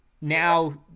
now